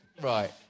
Right